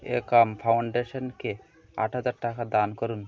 একম ফাউন্ডেশনকে আট হাজার টাকা দান করুন